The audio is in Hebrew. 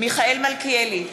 מיכאל מלכיאלי,